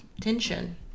tension